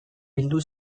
bildu